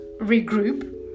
regroup